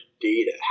data